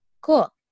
Cool